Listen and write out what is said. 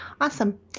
Awesome